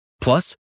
Plus